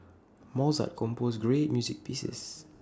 Mozart composed great music pieces